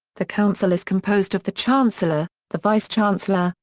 the council is composed of the chancellor, the vice-chancellor,